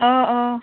অঁ অঁ